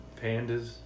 pandas